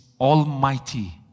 almighty